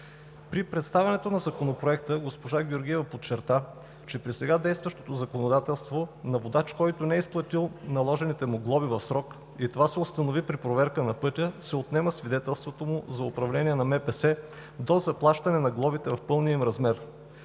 При представянето на Законопроекта госпожа Георгиева подчерта, че при сега действащото законодателство на водач, който не е заплатил наложените му глоби в срок и това се установи при проверка на пътя, се отнема свидетелството му за управление на МПС до заплащане на глобите в пълния им размер.